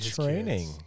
training